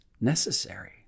necessary